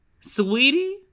sweetie